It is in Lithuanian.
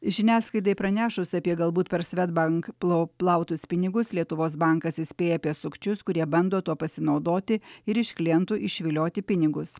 žiniasklaidai pranešus apie galbūt per svedbank plo plautus pinigus lietuvos bankas įspėja apie sukčius kurie bando tuo pasinaudoti ir iš klientų išvilioti pinigus